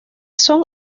son